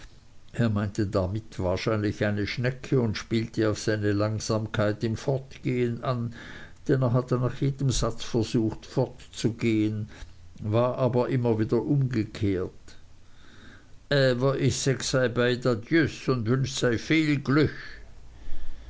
er meinte damit wahrscheinlich eine schnecke und spielte auf seine langsamkeit im fortgehen an denn er hatte nach jedem satz versucht fortzugehen war aber immer wieder umgekehrt äwer ick segg sej beid adjüs und wünsch sej